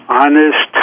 honest